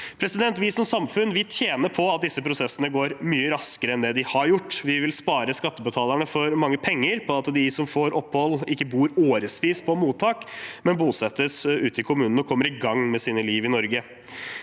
Vi som samfunn vil tjene på at disse prosessene går mye raskere enn det de har gjort. Vi vil spare skattebetalerne for mye penger på at de som får opphold, ikke bor årevis på mottak, men bosettes ute i kommunene og kommer i gang med sitt liv i Norge.